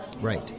Right